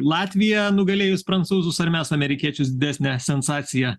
latvija nugalėjus prancūzus ar mes amerikiečius didesnę sensaciją